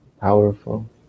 powerful